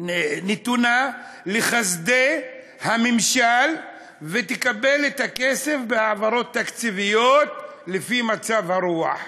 נתונה לחסדי הממשל ותקבל את הכסף בהעברות תקציביות לפי מצב הרוח.